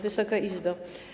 Wysoka Izbo!